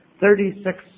thirty-six